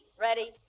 Ready